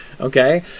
okay